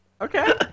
Okay